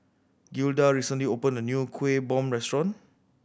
Gilda recently opened a new Kuih Bom restaurant